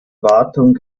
wartung